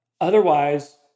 Otherwise